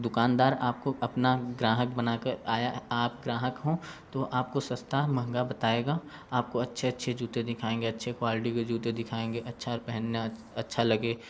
दुकानदार आपको अपना ग्राहक बनाकर आया है आप ग्राहक हो तो आपको सस्ता महंगा बताएगा आपको अच्छे अच्छे जूते दिखाएंगे अच्छे क्वालिटी के जूते दिखाएंगे अच्छा पहनना अच्छा लगे